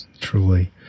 truly